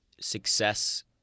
Success